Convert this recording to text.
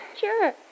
Sure